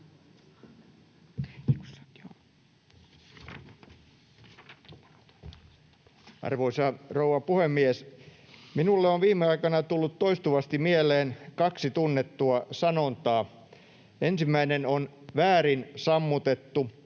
Arvoisa rouva puhemies! Minulle on viime aikoina tullut toistuvasti mieleen kaksi tunnettua sanontaa. Ensimmäinen on ”väärin sammutettu”